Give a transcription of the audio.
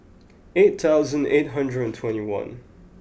eight thousand eight hundred and twenty one